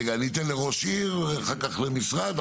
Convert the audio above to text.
רגע, אני אתן לראש עיר ואחר כך למשרד.